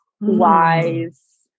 wise